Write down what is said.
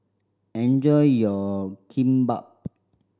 enjoy your Kimbap